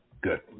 good